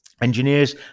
Engineers